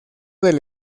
del